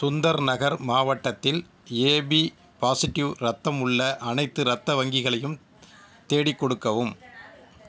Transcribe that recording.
சுந்தர்நகர் மாவட்டத்தில் AB positive இரத்தம் உள்ள அனைத்து இரத்த வங்கிகளையும் தேடிக் கொடுக்கவும்